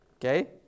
Okay